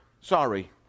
Sorry